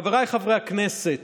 חבריי חברי הכנסת,